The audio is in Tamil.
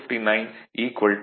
0359 57